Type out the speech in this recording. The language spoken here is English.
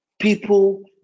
People